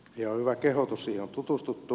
ihan hyvä kehotus siihen on tutustuttu